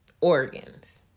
organs